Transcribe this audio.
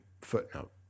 footnote